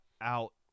out